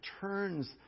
turns